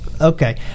Okay